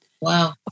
Wow